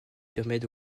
permet